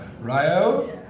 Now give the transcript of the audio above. Rio